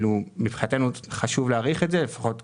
ומבחינתנו חשוב להאריך את זה לפחות כרגע,